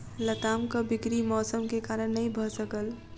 लतामक बिक्री मौसम के कारण नै भअ सकल